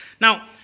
Now